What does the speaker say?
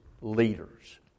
leaders